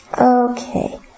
Okay